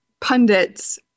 pundits